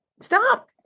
stop